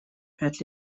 пять